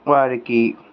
వారికి